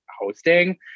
hosting